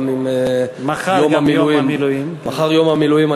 מחר יום המילואים,